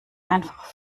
einfach